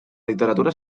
literatura